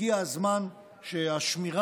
והגיע הזמן שהשמירה